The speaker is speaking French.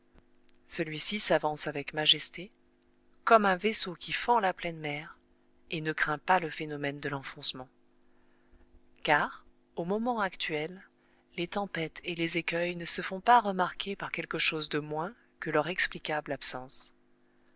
celui-ci s'avance avec majesté comme un vaisseau qui fend la pleine mer et ne craint pas le phénomène de l'enfoncement car au moment actuel les tempêtes et les écueils ne se font pas remarquer par quelque chose de moins que leur explicable absence